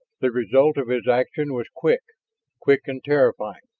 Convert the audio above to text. the result of his action was quick quick and terrifying.